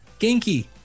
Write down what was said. Genki